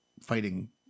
fighting